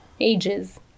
ages